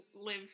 live